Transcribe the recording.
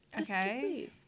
Okay